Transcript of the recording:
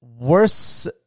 worse